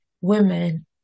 women